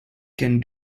can